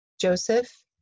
Joseph